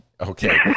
Okay